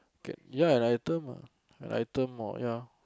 ya an item ah an item or ya